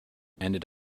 ended